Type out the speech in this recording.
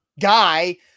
guy